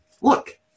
look